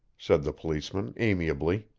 said the policeman amiably.